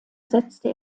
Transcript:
setzte